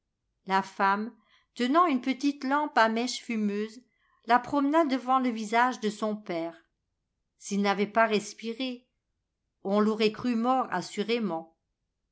la femme tenant une petite lampe à mèche fumeuse la promena devant le visage de son père s'il n'avait pas respiré on l'aurait cru mort assurément